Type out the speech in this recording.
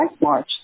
March